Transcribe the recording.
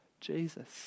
Jesus